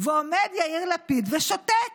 ועומד יאיר לפיד ושותק,